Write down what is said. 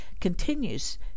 continues